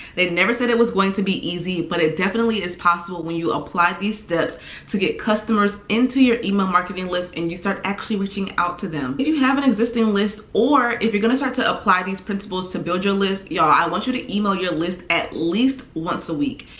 they'd never said it was going to be easy, but it definitely is possible when you apply these steps to get customers into your email marketing list and you start actually reaching out to them. if you have an existing list, or if you're gonna start to apply these principles to build your list, y'all i want you to email your list at least once a week,